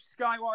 Skywalker